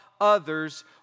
others